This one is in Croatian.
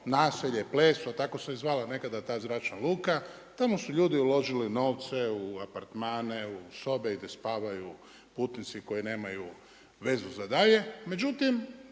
naselje, Pleso, tako se je i zvala nekada ta zračna luka, tamo su ljudi uložili novce u apartmane, u sobe i gdje spavaju putnici koji nemaju vezu za dalje.